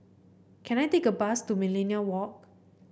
can I take a bus to Millenia Walk